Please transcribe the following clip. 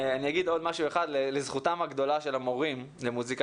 אני אגיד עוד משהו אחד לזכותם הגדולה של המורים למוסיקה.